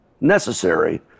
necessary